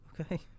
okay